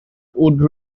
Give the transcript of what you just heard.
would